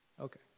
Okay